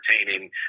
entertaining